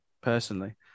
personally